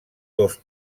dos